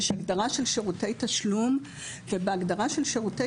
יש הגדרה של שירותי תשלום ובהגדרה של שירותי